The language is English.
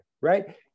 right